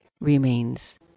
remains